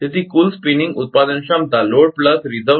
તેથી કુલ સ્પિનિંગ ઉત્પાદન ક્ષમતા લોડ પ્લસ રિઝર્વ ની બરાબર છે